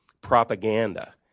propaganda